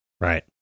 Right